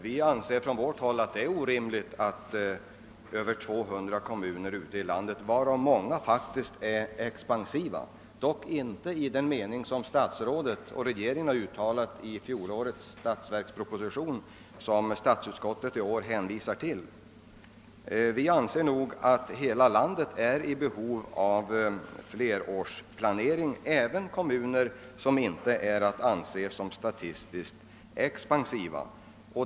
Vi anser på vårt håll att det är orimligt att över 200 kommuner i vårt land, varav många faktiskt är expansiva om också inte i den mening som statsrådet och regeringen uttalade sig för i fjolårets statsverksproposition, som statsutskottet i år hänvisar till, inte kan få förhandsbesked. Vi anser att hela landet är i behov av en flerårsplanering, även kommuner som inte är att anse som statistiskt expansiva.